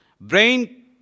Brain